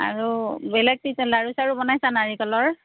আৰু বেলেগ তেতিয়া লাড়ু চাড়ু বনাইছা নাৰিকলৰ